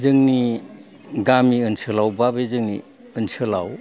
जोंनि गामि ओनसोलाव बा बे जोंनि ओनसोलाव